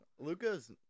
Luca's